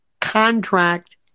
contract